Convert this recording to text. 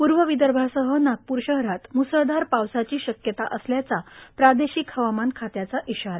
पूर्व विदर्भासाह नागप्र शहरात म्सळधार पावसाची शक्यता असल्याचा प्रादेशिक हवामान खात्याचा इशारा